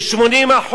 ב-80%.